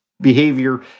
behavior